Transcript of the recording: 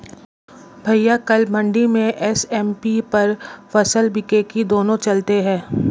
भैया कल मंडी में एम.एस.पी पर फसल बिकेगी दोनों चलते हैं